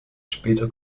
später